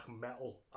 metal